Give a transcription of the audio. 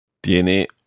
Tiene